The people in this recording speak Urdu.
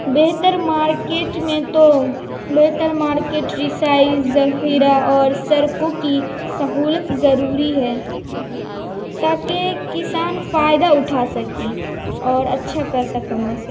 بہتر مارکیٹ میں تو بہتر مارکیٹ ریسائز ذخیرہ اور سڑکوں کی سہولت ضروری ہے تا کہ کسان فائدہ اٹھا سکے اور اچھا پیسہ کما سکے